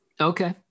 Okay